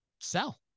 sell